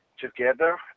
together